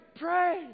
pray